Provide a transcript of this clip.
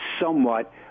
somewhat